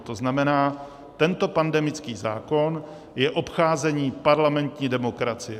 To znamená, tento pandemický zákon je obcházení parlamentní demokracie.